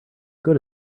good